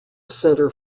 centre